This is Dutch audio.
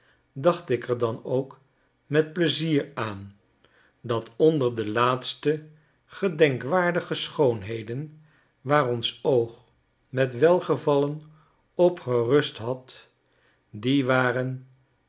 dacht ik er dan ook met pleizier aan dat onder de laatste gedenkwaardige schoonheden waar ons oog met welgevallen op gerust had die waren